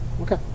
Okay